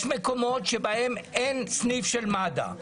יש מקומות שבהם אין סניף של מד"א,